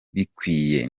bikwiye